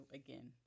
again